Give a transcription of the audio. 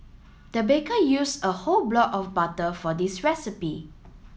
the baker used a whole block of butter for this recipe